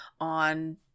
on